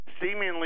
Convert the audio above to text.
seemingly